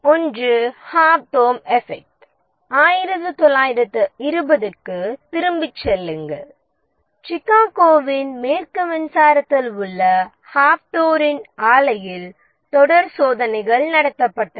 ஒன்று Hawthorne effect 1920 க்கு திரும்பிச் செல்லுங்கள் சிகாகோவின் மேற்கு மின்சாரத்தில் உள்ள ஹாவ்த்தோர்ன் ஆலையில் தொடர் சோதனைகள் நடத்தப்பட்டன